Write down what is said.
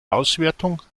auswertung